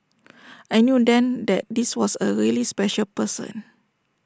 I knew then that this was A really special person